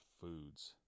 foods